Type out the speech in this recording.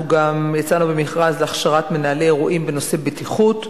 אנחנו גם יצאנו במכרז להכשרת מנהלי אירועים בנושא בטיחות,